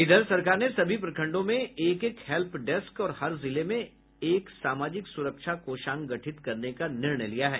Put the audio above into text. उधर सरकार ने सभी प्रखंडों में एक एक हेल्प डेस्क और हर जिले में एक सामाजिक सुरक्षा कोषांग गठित करने का निर्णय लिया है